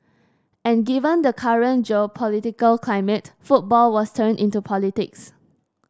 and given the current geopolitical climate football was turned into politics